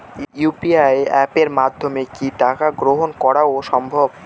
UPI অ্যাপের মাধ্যমে কি টাকা গ্রহণ করাও সম্ভব?